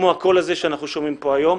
כמו הקול הזה שאנחנו שומעים פה היום.